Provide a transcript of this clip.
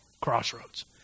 Crossroads